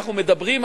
אנחנו מדברים,